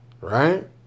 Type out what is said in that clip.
right